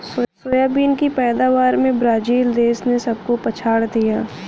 soybean की पैदावार में ब्राजील देश ने सबको पछाड़ दिया